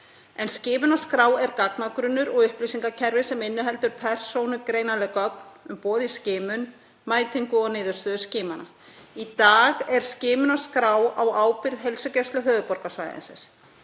Skimunarskrá er gagnagrunnur og upplýsingakerfi sem inniheldur persónugreinanleg gögn um boð í skimun, mætingu og niðurstöðu skimana. Í dag er skimunarskrá á ábyrgð Heilsugæslu höfuðborgarsvæðisins.